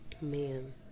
Man